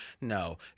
No